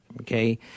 okay